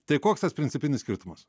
tai koks tas principinis skirtumas